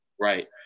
Right